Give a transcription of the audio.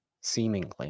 seemingly